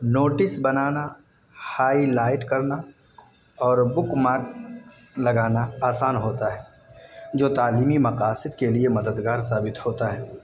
notice بنانا highlight کرنا اور بکمارکس لگانا آسان ہوتا ہے جو تعلیمی مقاصد کے لیے مددگار ثابت ہوتا ہے